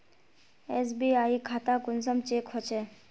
SBI खाता कुंसम check होचे?